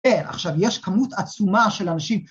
‫כן, עכשיו, יש כמות עצומה של אנשים...